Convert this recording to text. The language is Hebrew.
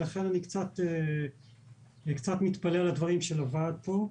לכן אני קצת מתפלא על הדברים של הוועד פה.